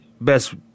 best